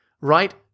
right